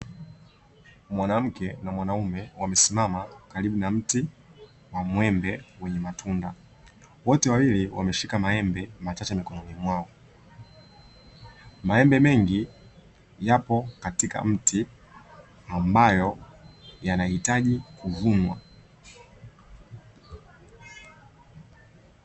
Mwanamke na mwanaume wamesimama karibu na mti wa mwembe wenye matunda wote wawili wameshika maembe machache mikononi mwao. Maembe mengi yapo katika mti ambayo yanahitaji kuvunwa.